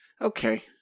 Okay